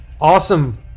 Awesome